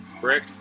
Brick